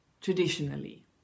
traditionally